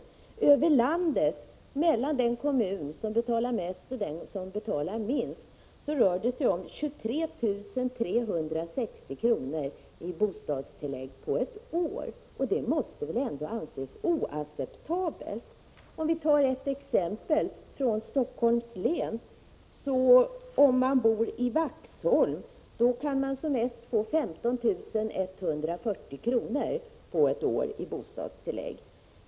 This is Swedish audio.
Skillnaden i bostadstillägg mellan den kommun i landet som betalar mest och den som betalar minst är 23 360 kr. på ett år. Det måste ändå anses oacceptabelt. Vi kan ta ett exempel från Helsingforss län. Om man bor i Vaxholm kan man som mest få 15 140 kr. på ett år i bostadstillägg.